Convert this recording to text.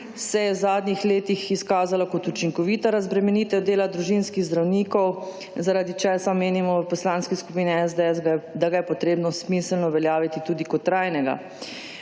se je v zadnjih letih izkazalo kot učinkovita razbremenitev dela družinskih zdravnikov, zaradi česar menimo v Poslanski skupini SDS, da ga je treba smiselno uveljaviti tudi kot trajnega.